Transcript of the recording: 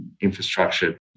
infrastructure